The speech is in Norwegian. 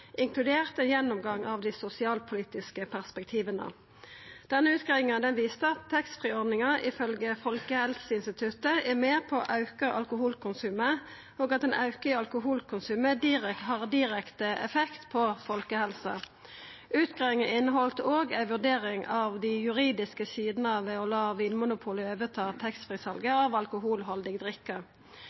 inkludert ein gjennomgang av dei sosialpolitiske perspektiva. Denne utgreiinga viste at taxfree-ordninga, ifølgje Folkehelseinstituttet, er med på å auka alkoholkonsumet, og at ein auke i alkoholkonsumet har direkte effekt på folkehelsa. Utgreiinga inneheldt òg ei vurdering av dei juridiske sidene ved å la Vinmonopolet ta over taxfree-salet av alkoholhaldig drikke.